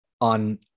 on